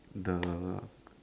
the